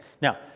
Now